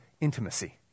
Intimacy